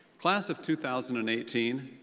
class of two thousand and eighteen,